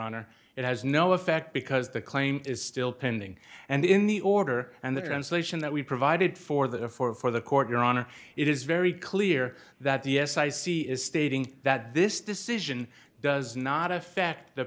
honor it has no effect because the claim is still pending and in the order and the translation that we provided for that or for the court your honor it is very clear that the as i see is stating that this decision does not affect the